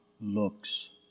looks